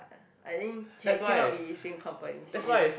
I think can cannot be same company serious